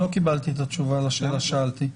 לא קיבלתי את התשובה לשאלה ששאלתי.